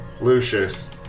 Lucius